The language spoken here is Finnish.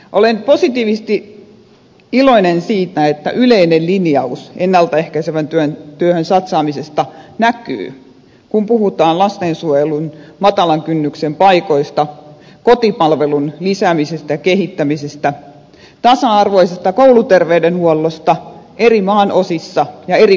olen positiivisesti iloinen siitä että yleinen linjaus ennalta ehkäisevään työhön satsaamisesta näkyy kun puhutaan lastensuojelun matalan kynnyksen paikoista kotipalvelun lisäämisestä ja kehittämisestä tasa arvoisesta kouluterveydenhuollosta eri maanosissa ja eri koulutusasteilla